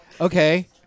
Okay